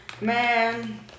man